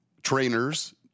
trainers